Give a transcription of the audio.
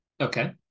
Okay